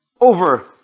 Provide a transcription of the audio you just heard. over